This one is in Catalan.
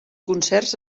concerts